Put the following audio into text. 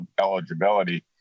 eligibility